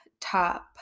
top